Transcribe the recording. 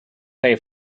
pay